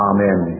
Amen